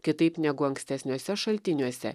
kitaip negu ankstesniuose šaltiniuose